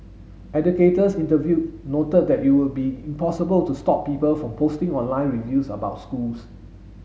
educators interviewed noted that it would be impossible to stop people from posting online reviews about schools